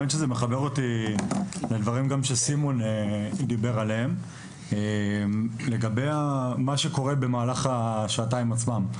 אותי גם לדברים שסימון דיבר עליהם לגבי מה שקורה במהלך השעתיים עצמן.